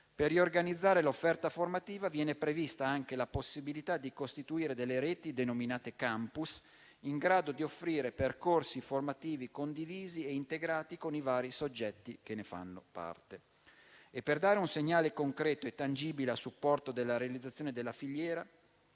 Per riorganizzare l'offerta formativa viene prevista anche la possibilità di costituire reti denominate *campus,* in grado di offrire percorsi formativi condivisi e integrati con i vari soggetti che ne fanno parte. Per dare un segnale concreto e tangibile a supporto della realizzazione della filiera,